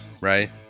Right